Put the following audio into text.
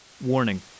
Warning